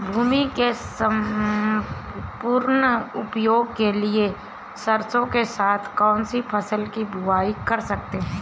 भूमि के सम्पूर्ण उपयोग के लिए सरसो के साथ कौन सी फसल की बुआई कर सकते हैं?